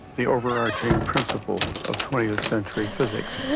the overarching principles of twentieth century physics